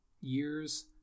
years